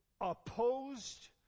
opposed